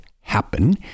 happen